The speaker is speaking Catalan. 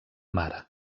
mare